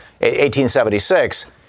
1876